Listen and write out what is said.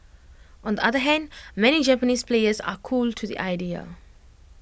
on the other hand many Japanese players are cool to the idea